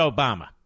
Obama